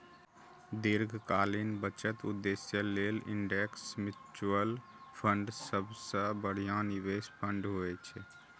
दीर्घकालीन बचत उद्देश्य लेल इंडेक्स म्यूचुअल फंड सबसं बढ़िया निवेश फंड होइ छै